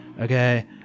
Okay